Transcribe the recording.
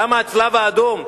למה הצלב-האדום,